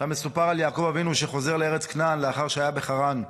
ושם מסופר על יעקב אבינו שחוזר לארץ כנען לאחר שהיה בחרן.